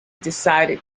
decided